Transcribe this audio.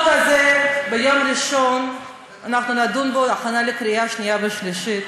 ביום ראשון אנחנו נדון בחוק הזה בהכנה לקריאה שנייה ושלישית.